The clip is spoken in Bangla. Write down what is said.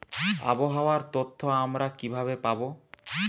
আবহাওয়ার তথ্য আমরা কিভাবে পাব?